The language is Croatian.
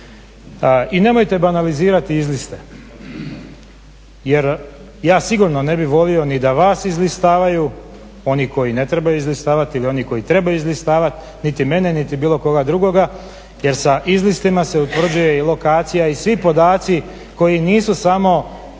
I nemojte banalizirati izliste, jer ja sigurno ne bih volio ni da vas izlistavaju oni koji ne trebaju izlistavati ili oni koji trebaju izlistavat niti mene, niti bilo koga drugoga jer sa izlistima se utvrđuje i lokacija i svi podaci koji nisu samo utvrđivanje